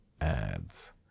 ads